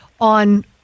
on